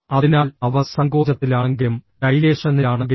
അതിനാൽ അവ സങ്കോചത്തിലാണെങ്കിലും ഡൈലേഷനിലാണെങ്കിലും